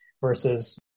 versus